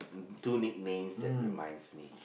two nicknames that reminds me